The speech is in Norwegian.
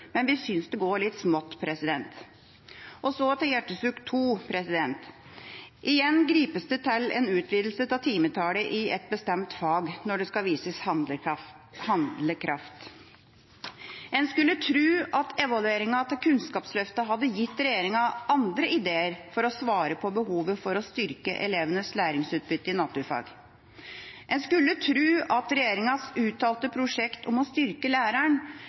men vi synes det går litt smått. Så til hjertesukk nummer to: Igjen gripes det til utvidelse av timetallet i ett bestemt fag når det skal vises handlekraft. En skulle tro at evalueringa av Kunnskapsløftet hadde gitt regjeringa andre ideer for å svare på behovet for å styrke elevenes læringsutbytte i naturfag. En skulle tro at regjeringas uttalte prosjekt om å styrke læreren